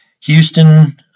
Houston